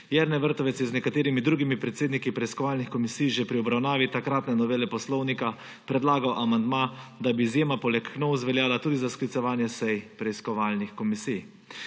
Jernej Vrtovec je z nekaterimi drugimi predsedniki preiskovalnih komisij že pri obravnavi takratne novele poslovnika predlagal amandma, da bi izjema poleg KNOVS veljala tudi za sklicevanje sej preiskovalnih komisij.